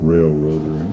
railroader